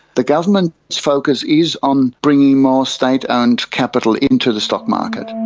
the government's focus is on bringing more state owned capital into the stock market.